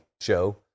show